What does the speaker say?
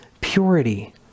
purity